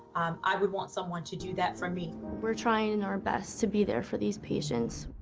i would want someone to do that for me. we're trying and our best to be there for these patients.